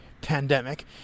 pandemic